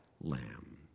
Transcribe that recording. lamb